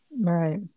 Right